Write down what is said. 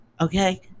Okay